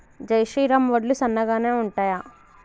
జై శ్రీరామ్ వడ్లు సన్నగనె ఉంటయా?